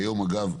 היום, אגב,